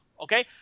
Okay